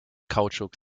kautschuk